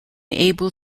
able